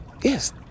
yes